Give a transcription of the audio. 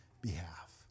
behalf